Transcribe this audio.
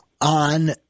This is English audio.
on